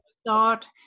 start